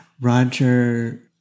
Roger